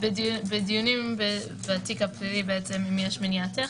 בדיונים בתיק הפלילי אם יש מניעה טכנית,